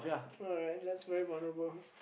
alright that's very vulnerable